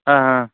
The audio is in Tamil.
ஆ ஆ